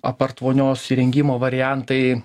apart vonios įrengimo variantai